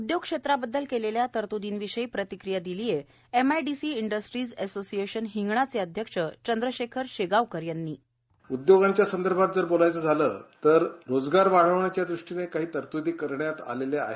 उदयोग क्षेत्राबद्दल केलेल्या तरतूदीं विषयी प्रतिक्रिया दिली आहे एमआयडीसी इंडस्ट्रीज असोसिएशन हिंगणाचे अध्यक्ष चंद्रशेखर शेगांवकर यांनी होल्ड बाइट उद्योगांच्या संदर्भात झालं तर रोजगार वाढवण्याच्या दृष्टीने काही तरत्दी करण्यात आल्या आहेत